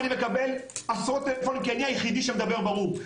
אני מקבל עשרות טלפונים כי אני היחיד שמדבר ברור.